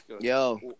Yo